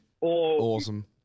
awesome